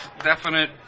definite